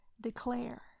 declare